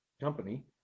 company